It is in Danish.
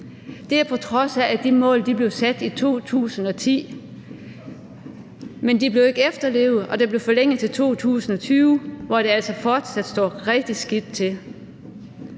Det er, på trods af at de mål blev sat i 2010. Men de blev ikke efterlevet, og det blev forlænget til 2020, hvor det altså fortsat står rigtig skidt til.